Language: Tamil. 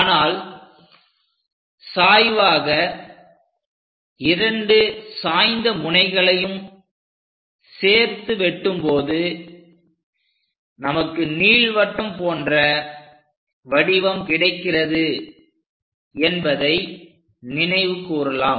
ஆனால் சாய்வாக இரண்டு சாய்ந்த முனைகளையும் சேர்த்து வெட்டும்போது நமக்கு நீள்வட்டம் போன்ற வடிவம் கிடைக்கிறது என்பதை நினைவு கூறலாம்